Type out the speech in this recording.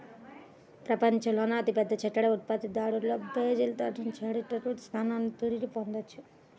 ప్రపంచంలోనే అతిపెద్ద చక్కెర ఉత్పత్తిదారుగా బ్రెజిల్ తన చారిత్రక స్థానాన్ని తిరిగి పొందింది